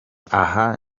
aha